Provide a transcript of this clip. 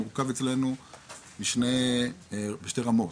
מורכב אצלנו משתי רמות.